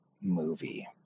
movie